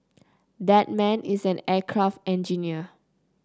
that man is an aircraft engineer